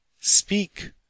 Speak